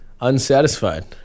unsatisfied